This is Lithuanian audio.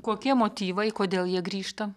kokie motyvai kodėl jie grįžta